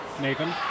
nathan